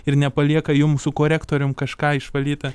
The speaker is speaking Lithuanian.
ir nepalieka jum su korektoriumi kažką išvalyti